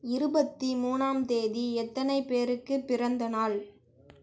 இருபத்தி மூணாம் தேதி எத்தனை பேருக்கு பிறந்தநாள்